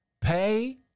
pay